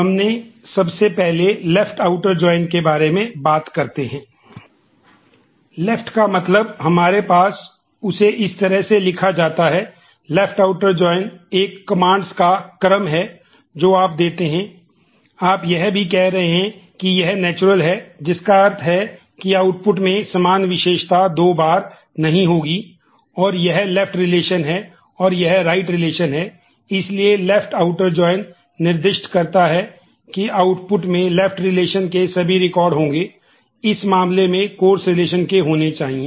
हम सबसे पहले लेफ्ट आउटर जॉइन के होने चाहिए